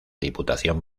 diputación